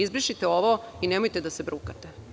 Izbrišite ovo i nemojte da se brukate.